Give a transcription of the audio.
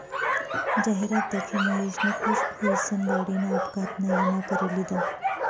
जाहिरात दखी महेशनी खुश हुईसन गाडीना अपघातना ईमा करी लिधा